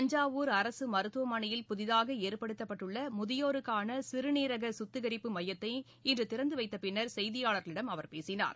தஞ்சாவூர் அரசு மருத்துவமனையில் புதிதாக ஏற்படுத்தப்பட்டுள்ள முதியோருக்கான சிறுநீரக சுத்திகரிப்பு மையத்தினை இன்று திறந்து வைத்த பின்னர் செய்தியாளர்களிடம் அவர் பேசினார்